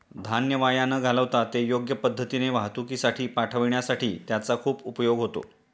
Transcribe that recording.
धान्य वाया न घालवता ते योग्य पद्धतीने वाहतुकीसाठी पाठविण्यासाठी त्याचा खूप उपयोग होतो